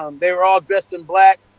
um they were all dressed in black.